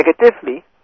negatively